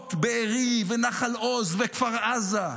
חורבות בארי ונחל עוז וכפר עזה.